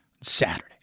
Saturday